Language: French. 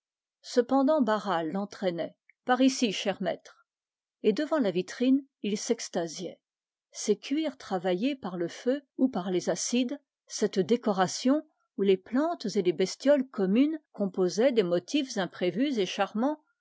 cependant barral l'entraînait par ici cher maître et devant la vitrine il s'extasiait ces cuirs travaillés par le feu ou par les acides cette décoration où les plantes et les bestioles communes composaient des motifs charmants